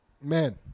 Man